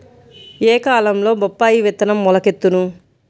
ఏ కాలంలో బొప్పాయి విత్తనం మొలకెత్తును?